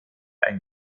ein